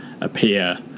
appear